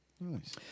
Nice